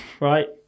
right